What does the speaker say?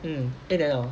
嗯一年 liao